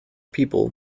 people